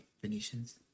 venetians